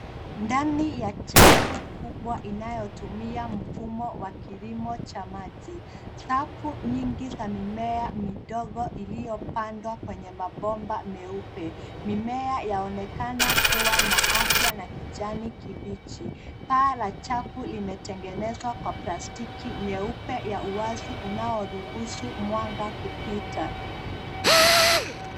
Ndani ya chafu kubwa inayotumia mfumo wa kilimo cha maji. safu nyingi za mimea midogo iliyopadwa kwenye mabomba meupe. Mimea yaonekana kuwa na afya na kijani kibichi. Paa la chafu limetengenezwa kwa plastiki nyeupe ya wazi inayoruhusu mwanga kupita.